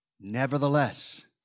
Nevertheless